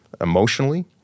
emotionally